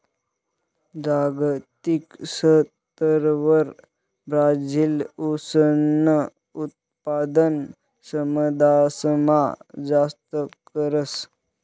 जागतिक स्तरवर ब्राजील ऊसनं उत्पादन समदासमा जास्त करस